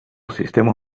sistemas